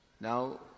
Now